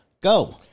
go